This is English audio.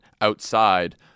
outside